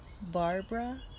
Barbara